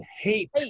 hate